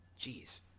Jeez